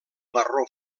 marró